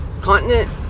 continent